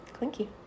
clinky